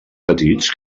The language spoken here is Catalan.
petits